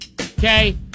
Okay